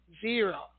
zero